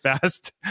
fast